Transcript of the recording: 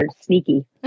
sneaky